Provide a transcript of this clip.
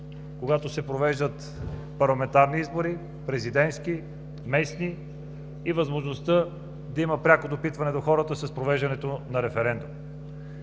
когато се провеждат парламентарни, президентски и местни избори и възможността да има пряко допитване до хората с провеждането на референдум.